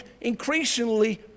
increasingly